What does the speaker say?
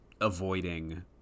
avoiding